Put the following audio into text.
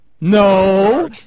no